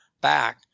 back